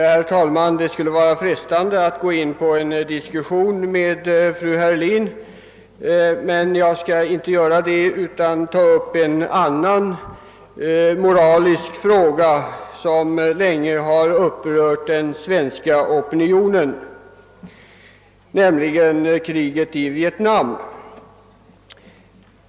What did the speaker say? Herr talman! Det vore frestande att gå in på en diskussion med fru Heurlin, men jag skall inte göra det utan i stället ta upp en annan moralisk fråga, som länge har upprört den svenska opinionen, nämligen kriget i Vietnam.